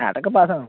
അതൊക്കെ പാസ്സാകും